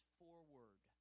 forward